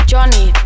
Johnny